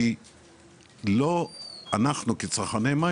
כי לא אנחנו כצרכני מים,